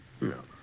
No